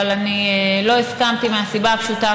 אבל אני לא הסכמתי מהסיבה הפשוטה,